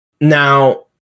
Now